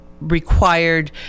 required